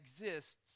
exists